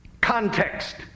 context